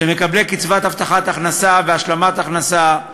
מקבלי קצבת הבטחת הכנסה והשלמת הכנסה,